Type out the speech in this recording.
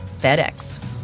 FedEx